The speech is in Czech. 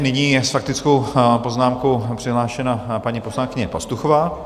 Nyní je s faktickou poznámkou přihlášena paní poslankyně Pastuchová.